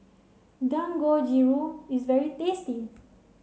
Dangojiru is very tasty